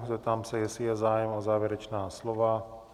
Zeptám se, jestli je zájem o závěrečná slova?